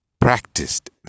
Practiced